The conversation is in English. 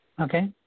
Okay